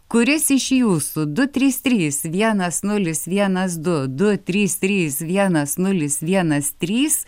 kuris iš jūsų du trys trys vienas nulis vienas du du trys trys vienas nulis vienas trys